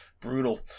Brutal